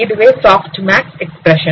இதுவே softmax expression